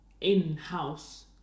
in-house